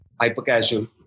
hyper-casual